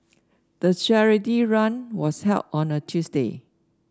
the charity run was held on a Tuesday